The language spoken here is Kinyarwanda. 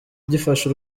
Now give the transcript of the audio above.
gifasha